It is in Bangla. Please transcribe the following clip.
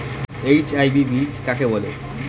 এইচ.ওয়াই.ভি বীজ কাকে বলে?